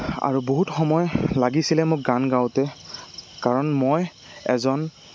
আৰু বহুত সময় লাগিছিলে মোক গান গাওঁতে কাৰণ মই এজন